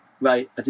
right